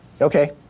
Okay